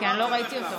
כי אני לא ראיתי אותו.